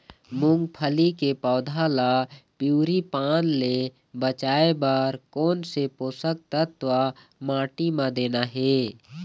मुंगफली के पौधा ला पिवरी पान ले बचाए बर कोन से पोषक तत्व माटी म देना हे?